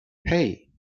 hey